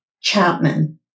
Chapman